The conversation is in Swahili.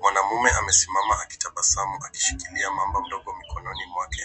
Mwanamume amesimama akitabasamu akishikilia mnyama mdogo mikononi mwake.